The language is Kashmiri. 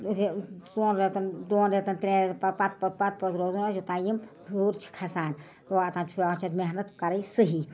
یہِ چھِ ژوٚن رٮ۪تَن دوٚن رٮ۪تَن ترٛیٚن رٮ۪تَن پَتہٕ پَتہٕ پَتہٕ پَتہٕ روزُنی یوتانۍ یِم ہیوٚر چھِ کھسان واتان چھِ پٮ۪وان چھِ اَتھ محنت کَرٕنۍ صحیح